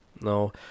no